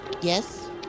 Yes